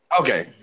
Okay